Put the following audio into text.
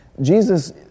Jesus